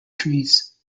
trees